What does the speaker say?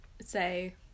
say